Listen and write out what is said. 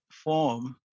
form